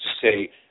say